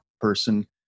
person